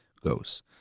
goes